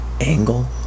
Angle